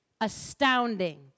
Astounding